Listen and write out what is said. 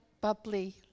bubbly